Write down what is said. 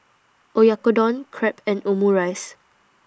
Oyakodon Crepe and Omurice